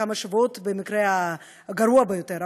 כמה שבועות במקרה הגרוע ביותר,